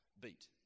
Beat